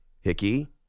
Hickey